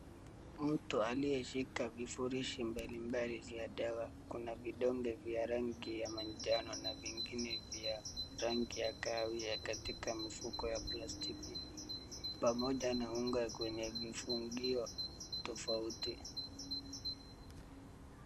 Mtu aliyeshika vifurushi mbalimbali ya dawa. Kuna vidonge vya rangi ya manjano na vingine vya rangi ya kahawia katika mfuko wa plastiki pamoja na unga kwenye vifungio tofauti.